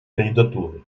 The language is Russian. кандидатуры